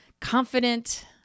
confident